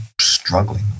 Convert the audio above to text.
struggling